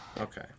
Okay